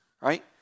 right